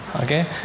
Okay